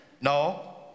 no